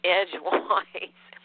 edgewise